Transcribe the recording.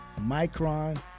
Micron